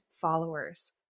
followers